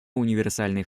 универсальный